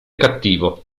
cattivo